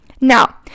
Now